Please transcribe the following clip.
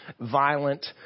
violent